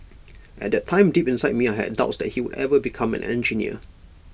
at that time deep inside me I had doubts that he would ever become an engineer